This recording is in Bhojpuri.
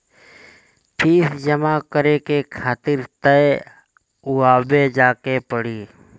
फ़ीस जमा करे खातिर तअ उहवे जाए के पड़ी